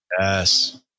Yes